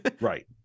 Right